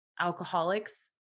alcoholics